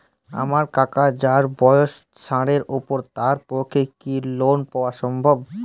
আমার কাকা যাঁর বয়স ষাটের উপর তাঁর পক্ষে কি লোন পাওয়া সম্ভব?